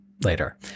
Later